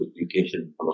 education